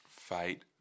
fight